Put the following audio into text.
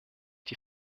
die